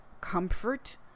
comfort